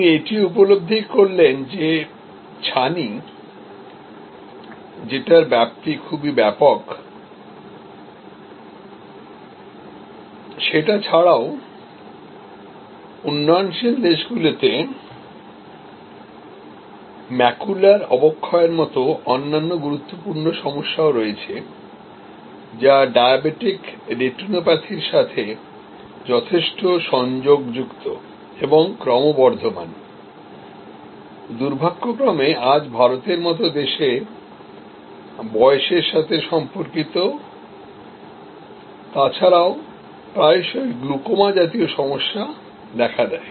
তিনি এটিও উপলব্ধি করলেন যে ছানি যেটারব্যাপ্তি খুবই ব্যাপক সেটা ছাড়াও উন্নয়নশীল দেশগুলিতে ম্যাকুলার অবক্ষয়ের মতো অন্যান্য গুরুত্বপূর্ণ সমস্যা রয়েছে যা ডায়াবেটিক রেটিনোপ্যাথির সাথে যথেষ্ট সংযোগযুক্ত এবং ক্রমবর্ধমান দুর্ভাগ্যক্রমে আজ ভারতের মতো দেশে বয়সের সাথে সম্পর্কিত এবং তাছাড়াও প্রায়শই গ্লুকোমা জাতীয় সমস্যা দেখা দেয়